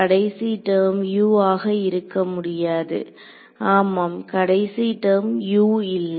கடைசி term U ஆக இருக்க முடியாது ஆமாம் கடைசி டெர்ம்ல் U இல்லை